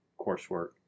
coursework